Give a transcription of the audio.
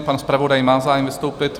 Pan zpravodaj má zájem vystoupit?